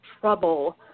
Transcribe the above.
trouble